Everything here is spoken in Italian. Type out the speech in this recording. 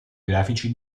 grafici